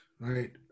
right